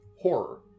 horror